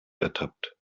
ertappt